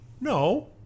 No